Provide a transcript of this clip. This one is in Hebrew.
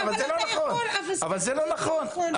אבל זה לא נכון.